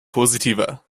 positiver